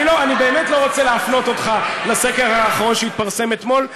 אני באמת לא רוצה להפנות אותך לסקר האחרון שהתפרסם אתמול,